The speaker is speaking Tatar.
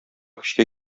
көчкә